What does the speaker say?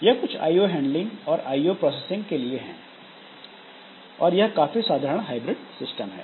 यह कुछ IO handling और आईओ प्रोसेसिंग के लिए हैं और यह एक काफी साधारण हाइब्रिड सिस्टम है